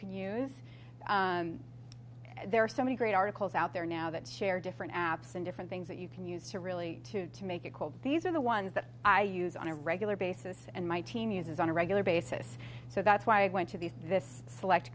can use and there are so many great articles out there now that share different apps and different things that you can use to really to make it cold these are the ones that i use on a regular basis and my team uses on a regular basis so that's why i went to these this select